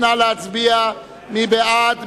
נא להצביע, מי בעד?